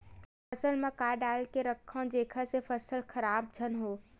फसल म का डाल के रखव जेखर से फसल खराब झन हो?